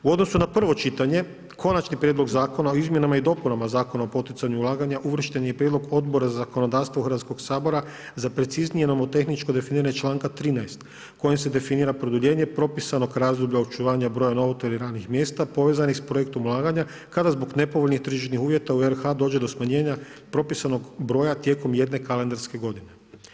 U odnosu na prvo čitanje Konačni prijedlog zakona o izmjenama i dopunama Zakona o poticanju ulaganja uvršten je prijedlog Odbora za zakonodavstvo Hrvatskoga sabora za preciznije nomotehničko definiranje članka 13. kojim se definira produljenje propisanog razvoja očuvanja broja novca ili radnih mjesta povezanih sa projektom ulaganja, kada zbog nepovoljnih tržišnih uvjeta u RH, dođe do smanjenja propisanog broja tijekom jedne kalendarske godine.